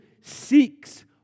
seeks